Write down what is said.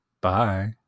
bye